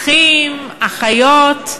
אחים, אחיות,